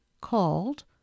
called